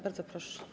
Bardzo proszę.